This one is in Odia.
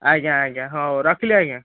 ଆଜ୍ଞା ଆଜ୍ଞା ହଉ ରଖିଲି ଆଜ୍ଞା